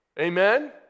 Amen